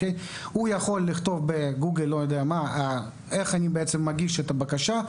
הוא יכול לכתוב בגוגל: "איך אני מגיש את הבקשה?",